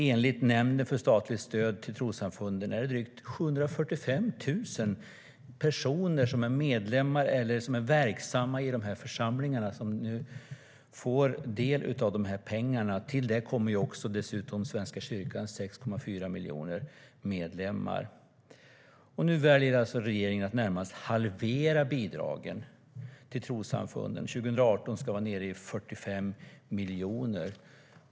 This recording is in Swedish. Enligt Nämnden för statligt stöd till trossamfund är det drygt 745 000 personer som är medlemmar eller verksamma i församlingarna som nu får del av pengarna. Till det kommer dessutom 6,4 miljoner medlemmar i Svenska kyrkan. Nu väljer alltså regeringen att närmast halvera bidragen till trossamfunden. År 2018 ska de vara nere i 45 miljoner.